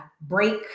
break